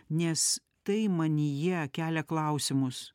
nes tai manyje kelia klausimus